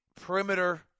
perimeter